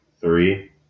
Three